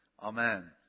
Amen